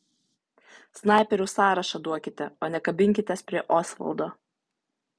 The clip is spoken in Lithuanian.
snaiperių sąrašą duokite o ne kabinkitės prie osvaldo